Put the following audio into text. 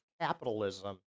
capitalism